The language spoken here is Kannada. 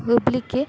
ಉಬ್ಬಲಿಕ್ಕೆ